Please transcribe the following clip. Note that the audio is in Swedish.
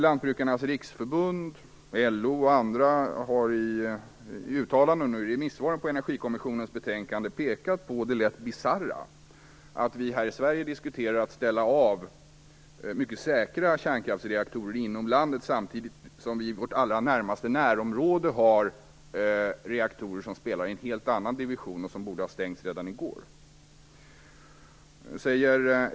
Lantbrukarnas riksförbund, LO och andra har i remissvaren till Energikommissionens betänkande pekat på det lätt bisarra i att vi här i Sverige diskuterar att ställa av mycket säkra kärnkraftsreaktorer inom landet samtidigt som det i vårt närmaste närområde finns reaktorer som spelar i en helt annan division och som borde ha stängts redan i går.